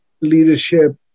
leadership